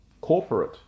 corporate